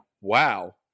wow